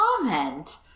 comment